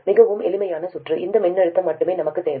மிகவும் எளிமையான சுற்று இந்த மின்னழுத்தம் மட்டுமே நமக்குத் தேவை